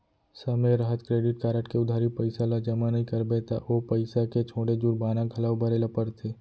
समे रहत credit card के उधारी पइसा ल जमा नइ करबे त ओ पइसा के छोड़े जुरबाना घलौ भरे ल परथे